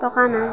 টকা নাই